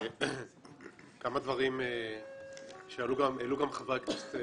כמה דברים שהעלו גם חברי הכנסת